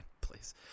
please